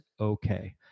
okay